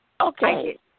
Okay